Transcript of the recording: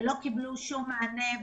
לא קיבלו שום מענה.